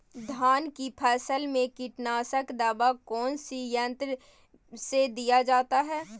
धान की फसल में कीटनाशक दवा कौन सी यंत्र से दिया जाता है?